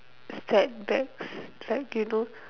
setbacks like you know